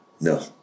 No